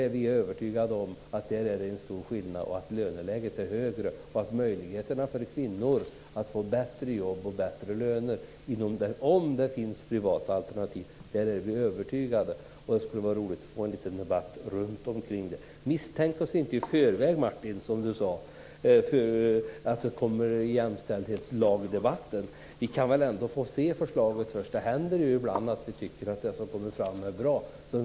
Men vi är övertygade om att det är en stor skillnad, att löneläget är högre och att möjligheterna för kvinnor att få jobb och högre lön är större om det finns privata alternativ. Det skulle vara roligt att få en liten debatt om det. Misstänk oss inte i förväg, Martin Nilsson, när det gäller en debatt om jämställdhetslagen! Vi kan väl få se förslaget först. Det händer ibland att vi tycker att förslag är bra.